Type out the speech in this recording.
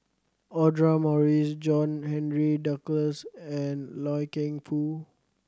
Audra Morrice John Henry Duclos and Loy Keng Foo